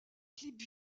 clip